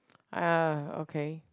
ah okay